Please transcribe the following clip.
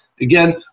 again